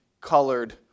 colored